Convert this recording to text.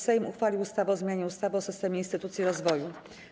Sejm uchwalił ustawę o zmianie ustawy o systemie instytucji rozwoju.